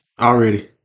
already